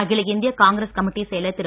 அகில இந்திய Congress committee செயலர் திரு